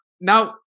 now